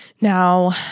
Now